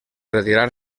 retirar